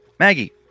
Maggie